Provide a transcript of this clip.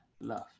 love